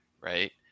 right